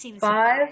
five